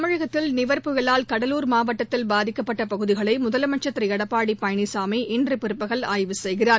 தமிழகத்தில் நிவர் புயலால் கடலூர் மாவட்டத்தில் பாதிக்கப்பட்ட பகுதிகளை முதலமைச்சர் திரு எடப்பாடி பழனிசாமி இன்று பிற்பகல் ஆய்வு செய்கிறார்